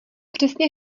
přesně